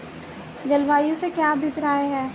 जलवायु से क्या अभिप्राय है?